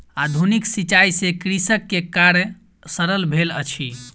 आधुनिक सिचाई से कृषक के कार्य सरल भेल अछि